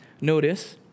Notice